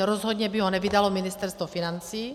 Rozhodně by ho nevydalo Ministerstvo financí.